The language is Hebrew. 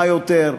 מה יותר,